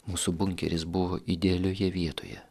mūsų bunkeris buvo idealioje vietoje